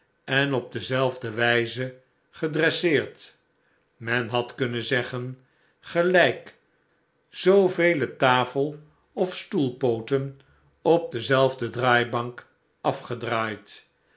en op dezelfde wijze gedresseerd men had kunnen zeggen gelijk zoovele tafel of stoelpooten op dezelfde draaibank afgedraaid